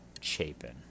Chapin